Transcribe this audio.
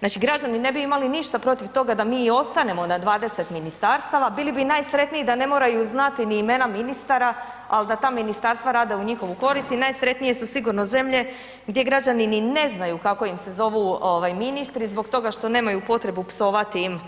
Znači građani ne bi imali ništa protiv toga da mi i ostanemo na 20 ministarstava, bili bi najsretniji da ne moraju znati ni imena ministara, ali da ta ministarstva rade u njihovu korist i najsretnije su sigurno zemlje gdje građani ni ne znaju kako im se zovu ovaj ministri zbog toga što nemaju potrebu psovati im